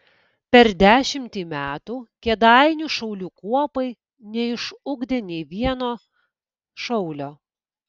per dešimtį metų kėdainių šaulių kuopai neišugdė nei vieno šaulio